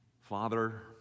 Father